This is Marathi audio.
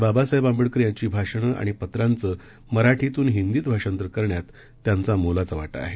बाबासाहेब आंबेडकर यांची भाषणे आणि पत्रांचं मराठीतून हिंदीत भाषांतर करण्यात त्यांचा मोलाचा वाटा आहे